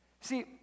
See